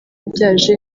byaje